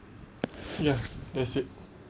ya that's it